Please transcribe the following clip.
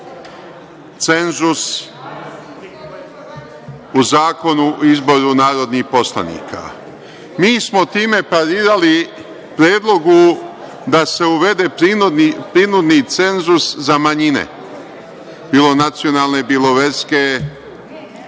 cenzus u Zakonu o izboru narodnih poslanika. Mi smo time parirali predlogu da se uvede prinudni cenzus za manjine, bilo nacionalne, bilo verske. Imali